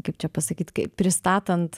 kaip čia pasakyt kai pristatant